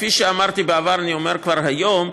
כפי שאמרתי בעבר, אני אומר כבר היום: